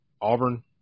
Auburn